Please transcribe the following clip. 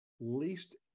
least